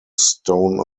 stone